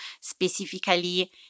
specifically